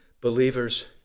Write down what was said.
believers